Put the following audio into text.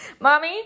Mommy